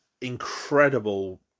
incredible